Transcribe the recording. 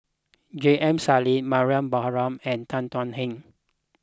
J M Sali Mariam Baharom and Tan Thuan Heng